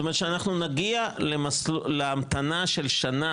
גם הצהרנו שאנו מתנגדים לביטול חוק השבות